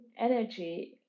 energy